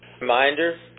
reminder